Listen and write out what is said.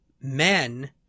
men